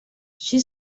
she